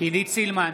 עידית סילמן,